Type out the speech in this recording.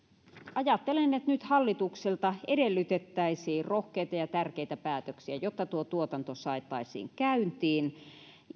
ajattelen että nyt hallitukselta edellytettäisiin rohkeita ja tärkeitä päätöksiä jotta tuo tuotanto saataisiin käyntiin